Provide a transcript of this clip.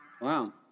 Wow